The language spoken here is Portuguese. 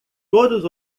todos